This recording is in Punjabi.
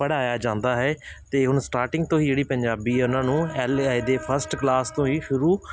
ਪੜ੍ਹਾਇਆ ਜਾਂਦਾ ਹੈ ਅਤੇ ਹੁਣ ਸਟਾਰਟਿੰਗ ਤੋਂ ਹੀ ਜਿਹੜੀ ਪੰਜਾਬੀ ਆ ਉਹਨਾਂ ਨੂੰ ਐਲ ਆਏ ਦੇ ਫਸਟ ਕਲਾਸ ਤੋਂ ਹੀ ਸ਼ੁਰੂ